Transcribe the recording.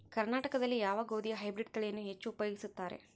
ಕರ್ನಾಟಕದಲ್ಲಿ ಯಾವ ಗೋಧಿಯ ಹೈಬ್ರಿಡ್ ತಳಿಯನ್ನು ಹೆಚ್ಚು ಉಪಯೋಗಿಸುತ್ತಾರೆ?